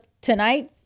tonight